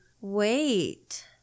wait